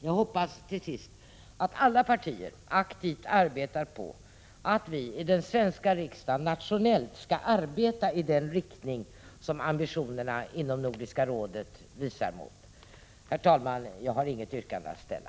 Jag hoppas till sist att alla partier aktivt verkar för att vi i den svenska riksdagen nationellt skall arbeta i den riktning som ambitionerna inom Nordiska rådet visar mot. Herr talman! Jag har inget yrkande att ställa.